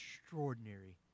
extraordinary